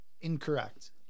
Incorrect